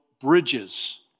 bridges